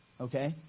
Okay